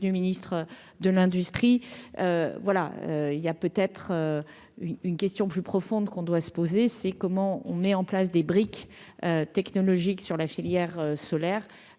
ministre de l'industrie, voilà, il y a peut être une une question plus profonde qu'on doit se poser, c'est comment on met en place des briques technologiques sur la filière solaire